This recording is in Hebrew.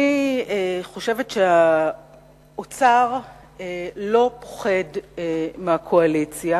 אני חושבת שהאוצר פוחד מהכנסת.